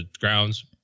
grounds